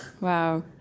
Wow